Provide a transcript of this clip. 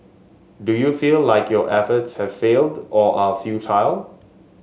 do you feel like your efforts have failed or are futile